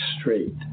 straight